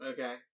Okay